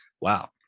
wow